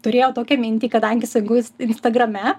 turėjau tokią mintį kadangi segu jus instagrame